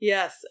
Yes